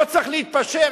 לא צריך להתפשר.